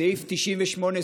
סעיף 98,